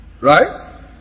Right